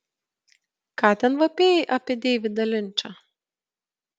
ką ten vapėjai apie deividą linčą